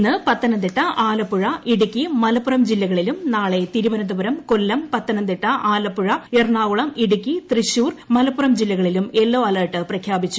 ഇന്ന് പത്തനംതിട്ട ആലപ്പുഴ ഇടുക്കി മലപ്പുറം ജില്ലകളിലും നാളെ തിരുവനന്തപുരം കൊല്ലം പത്തനംതിട്ട ആലപ്പുഴ എറണാകുളം ഇടുക്കി തൃശൂർ മലപ്പുറം ജില്ലകളിലും യെല്ലോ അലർട്ട് പ്രഖ്യാപിച്ചു